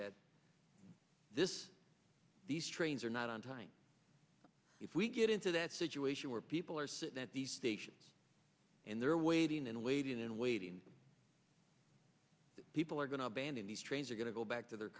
that this these trains are not on time if we get into that situation where people are sitting at these stations and they're waiting and waiting and waiting people are going to abandon these trains are going to go back to their